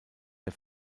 der